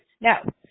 Now